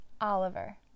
Oliver